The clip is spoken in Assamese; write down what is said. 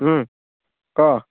ক